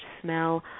smell